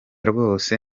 rwose